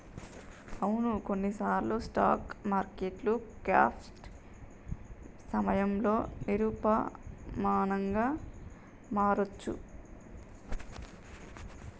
అవును కొన్నిసార్లు స్టాక్ మార్కెట్లు క్రాష్ సమయంలో నిరూపమానంగా మారొచ్చు